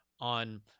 on